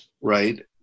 Right